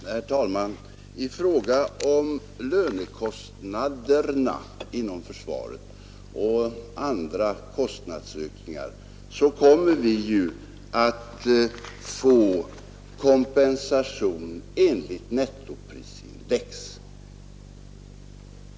Herr talman! I fråga om lönekostnaderna inom försvaret och andra kostnadsökningar kommer vi att få kompensation enligt nettoprisindex.